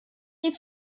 det